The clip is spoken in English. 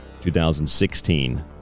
2016